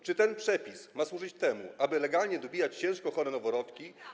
Czy ten przepis ma służyć temu, żeby legalnie dobijać ciężko chore noworodki.